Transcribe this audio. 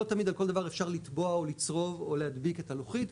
לא תמיד על כל דבר אפשר לטבוע או לצרוב או להדביק את הלוחית,